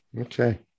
Okay